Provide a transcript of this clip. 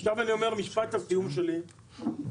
עכשיו אני אומר משפט הסיום שלי --- סגן